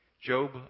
Job